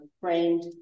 framed